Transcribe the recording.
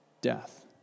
Death